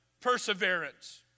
perseverance